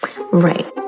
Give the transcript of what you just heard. Right